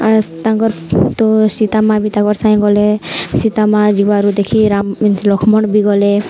ଆଉ ତାଙ୍କର ତୁ ସୀତା ମା' ବି ତାଙ୍କର ସାଙ୍ଗ ଗଲେ ସୀତା ମା' ଯିବାରୁ ଦେଖି ରାମ ଲକ୍ଷ୍ମଣ ବି ଗଲେ